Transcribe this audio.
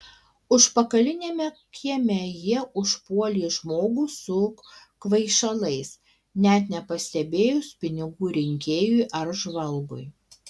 užpakaliniame kieme jie užpuolė žmogų su kvaišalais net nepastebėjus pinigų rinkėjui ar žvalgui